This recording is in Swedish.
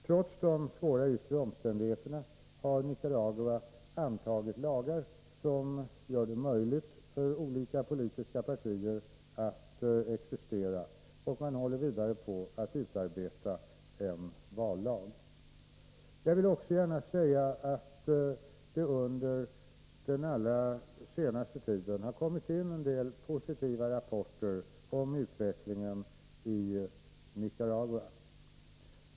Trots de svåra yttre omständigheterna har Nicaragua antagit lagar som gör det möjligt för olika politiska partier att existera. Man håller vidare på att utarbeta en vallag. Jag vill också gärna säga att det under den allra senaste tiden kommit in en del positiva rapporter om utvecklingen i Nicaragua.